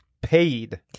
paid